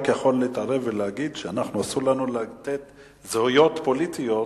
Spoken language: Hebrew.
אני רק יכול להתערב ולהגיד שאסור לנו לתת זהויות פוליטיות